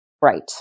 right